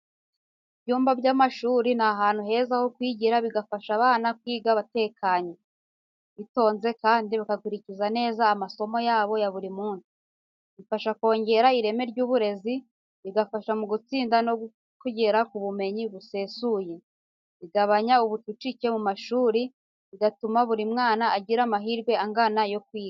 Ibyumba by’amashuri, ni ahantu heza ho kwigira, bigafasha abana kwiga batekanye, bitonze kandi bagakurikirana neza amasomo yabo ya buri munsi. Bifasha kongera ireme ry’uburezi, bigafasha mu gutsinda no kugera ku bumenyi busesuye. Bigabanya ubucucike mu mashuri, bigatuma buri mwana agira amahirwe angana yo kwiga.